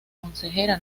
consejera